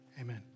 Amen